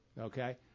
Okay